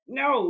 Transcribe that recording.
no